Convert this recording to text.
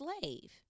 slave